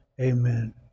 Amen